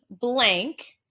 blank